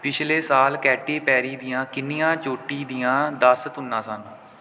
ਪਿਛਲੇ ਸਾਲ Katy Perry ਦੀਆਂ ਕਿੰਨੀਆਂ ਚੋਟੀ ਦੀਆਂ ਦਸ ਧੁਨਾਂ ਸਨ